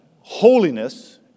holiness